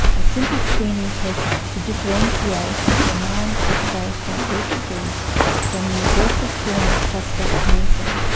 a simple screening test to differentiate benign prostate hypertrophy from the aggressive form of prostate cancer,